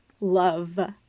love